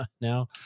now